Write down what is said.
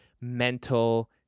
mental